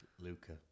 Luca